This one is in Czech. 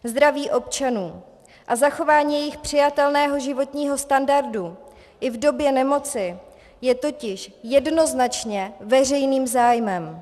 Zdraví občanů a zachování jejich přijatelného životního standardu i v době nemoci je totiž jednoznačně veřejným zájmem.